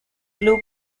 club